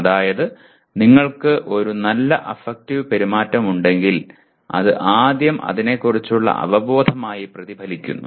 അതായത് നിങ്ങൾക്ക് ഒരു നല്ല അഫക്റ്റീവ് പെരുമാറ്റമുണ്ടെങ്കിൽ അത് ആദ്യം അതിനെക്കുറിച്ചുള്ള അവബോധമായി പ്രതിഫലിക്കുന്നു